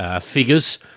figures